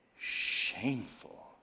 shameful